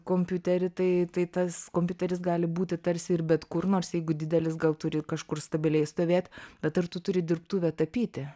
kompiuterį tai tai tas kompiuteris gali būti tarsi ir bet kur nors jeigu didelis gal turi kažkur stabiliai stovėt bet ar tu turi dirbtuvę tapyti